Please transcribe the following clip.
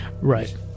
Right